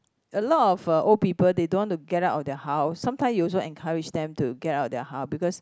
a lot of uh old people they don't want to get out of their house sometimes you also encourage them to get out of their house because